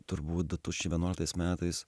turbūt du tūkstančiai vienuoliktais metais